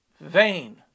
vain